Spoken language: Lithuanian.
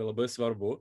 labai svarbu